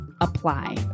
apply